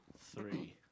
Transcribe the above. Three